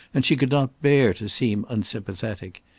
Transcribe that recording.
and she could not bear to seem unsympathetic.